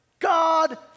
God